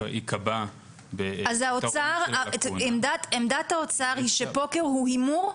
ייקבע ב- -- אז עמדת האוצר היא שפוקר הוא הימור?